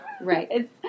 right